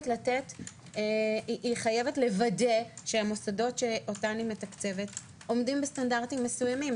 היא חייבת לוודא שהם עומדים בסטנדרטים מסוימים,